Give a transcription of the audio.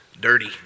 dirty